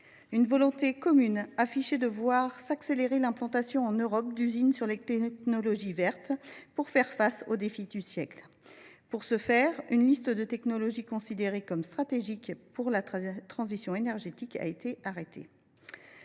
la volonté commune de voir s’accélérer l’implantation, en Europe, d’usines de technologies vertes pour faire face aux défis du siècle. Pour ce faire, une liste de technologies considérées comme stratégiques pour la transition énergétique a été arrêtée